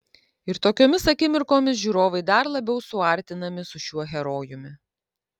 ir tokiomis akimirkomis žiūrovai dar labiau suartinami su šiuo herojumi